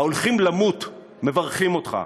ההולכים למות מברכים אותך.